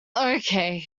okay